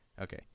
Okay